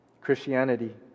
Christianity